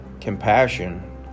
compassion